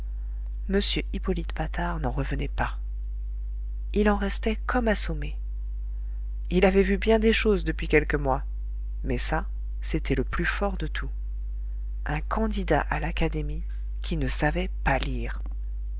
m hippolyte patard n'en revenait pas il en restait comme assommé il avait vu bien des choses depuis quelques mois mais ça c'était le plus fort de tout un candidat à l'académie qui ne savait pas lire